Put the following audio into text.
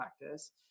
practice